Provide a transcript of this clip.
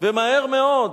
ומהר מאוד,